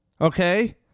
okay